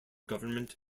government